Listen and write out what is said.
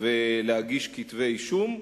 ולהגיש כתבי אישום,